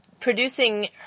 producing